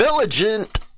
vigilant